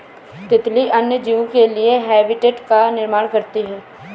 तितली अन्य जीव के लिए हैबिटेट का निर्माण करती है